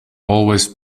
always